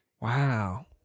Wow